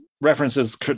references